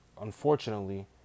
unfortunately